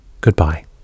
goodbye